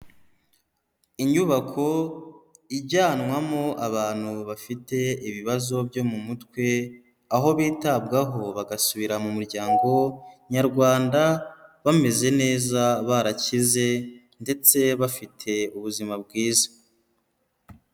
Inyubako ijyanwamo abantu bafite ibibazo byo mu mutwe, aho bitabwaho bagasubira mu muryango nyarwanda bameze neza barakize, ndetse bafite ubuzima bwiza.